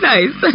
Nice